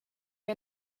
wir